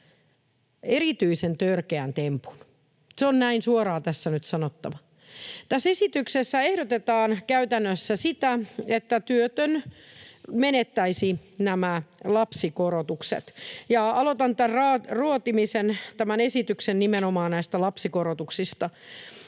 erityisen törkeän tempun. Se on näin suoraan tässä nyt sanottava. Tässä esityksessä ehdotetaan käytännössä sitä, että työtön menettäisi lapsikorotukset. Aloitan tämän esityksen ruotimisen nimenomaan näistä lapsikorotuksista.